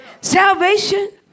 salvation